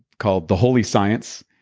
called the holy science,